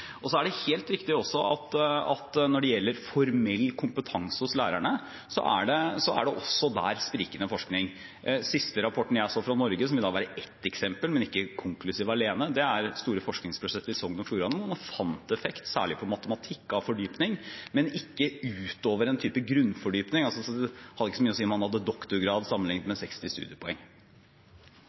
Det er også helt riktig at når det gjelder formell kompetanse hos lærerne, er det også der sprikende forskning. Den siste rapporten jeg så fra Norge, som da er bare ett eksempel, men ikke konklusiv alene, er fra det store forskningsprosjektet i Sogn og Fjordane, der man fant en effekt, særlig for matematikk fordypning, men ikke utover en type grunnfordypning – det hadde ikke så mye å si om man hadde doktorgrad eller 60 studiepoeng.